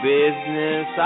business